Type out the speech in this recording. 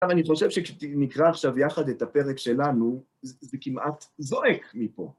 אבל אני חושב שנקרא עכשיו יחד את הפרק שלנו, זה כמעט זועק מפה.